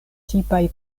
tipaj